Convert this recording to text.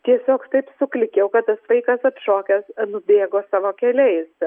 tiesiog taip suklykiau kad vaikas atšokęs nubėgo savo keliais